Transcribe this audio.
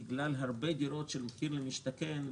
בגלל הרבה דירות של מחיר למשתכן,